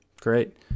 Great